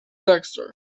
dexter